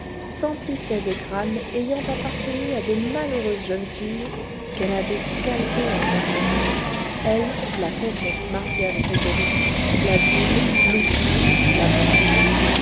s'emplissait de crânes ayant appartenu à de malheureuses jeunes filles qu'elle avait scalpées a son profit elle la comtesse marcian gregoryi la goule l'oupire la vampire